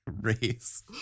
race